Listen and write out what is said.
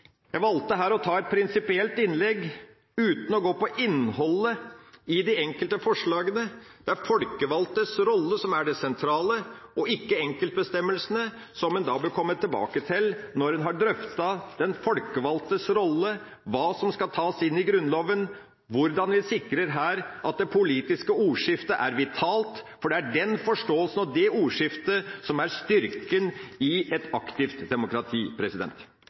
Jeg valgte her å holde et prinsipielt innlegg uten å gå inn på innholdet i de enkelte forslagene. Det er de folkevalgtes rolle som er det sentrale, og ikke enkeltbestemmelsene, som en vil komme tilbake til når en har drøftet den folkevalgtes rolle, hva som skal tas inn i Grunnloven, og hvordan vi sikrer at det politiske ordskiftet er vitalt, for det er den forståelsen og det ordskiftet som er styrken i et aktivt demokrati.